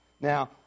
Now